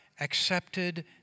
accepted